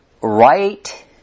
right